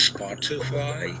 Spotify